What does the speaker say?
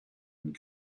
and